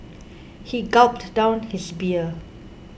he gulped down his beer